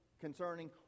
concerning